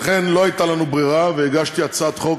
לכן לא הייתה לנו ברירה, והגשתי הצעת חוק